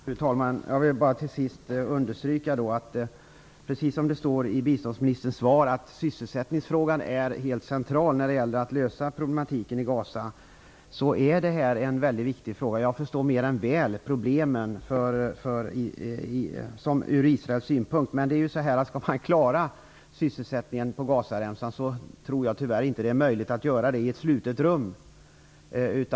Fru talman! Till sist vill jag bara understryka, precis som det står i biståndsministerns svar, att sysselsättningsfrågan är central när det gäller att lösa problemen i Gaza. Jag förstår mer än väl Israels problem, men jag tror inte att det är möjligt att klara av sysselsättningen på Gazaremsan i ett slutet rum.